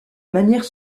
manière